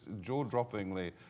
jaw-droppingly